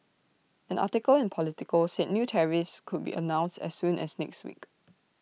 an article in Politico said new tariffs could be announced as soon as next week